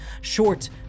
short